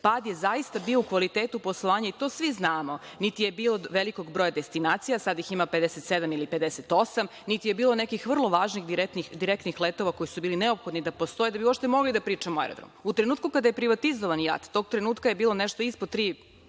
pad je zaista bio u kvalitetu poslovanja i to svi znamo. Niti je bilo velikog broja destinacija, sada ih ima 57 ili 58, niti je bilo nekih vrlo važnih direktnih letova koji su bili neophodni da postoje da bi uopšte mogli da pričamo o aerodromu.U trenutku kada je privatizovan JAT, tog trenutka je bilo 3,2 miliona